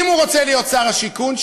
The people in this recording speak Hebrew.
אם הוא רוצה להיות שר השיכון,